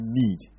need